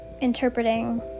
interpreting